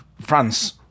France